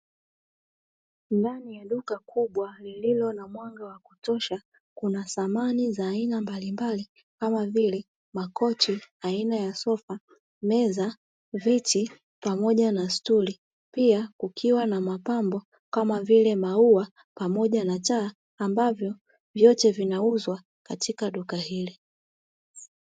Ndani ya duka kubwa lililo na mwanga wa kutosha, kuna samani za aina mbalimbali kkama vile makochi aina ya sofa, meza, viti pamoja na stuli; Pia kukiwa na mapambo kama vile maua pamoja na taa ambavyo vyote vinauzwa katika duka hili.